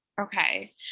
Okay